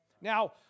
Now